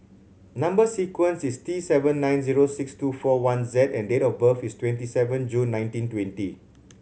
number sequence is T seven nine zero six two four one Z and date of birth is twenty seven June nineteen twenty